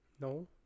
No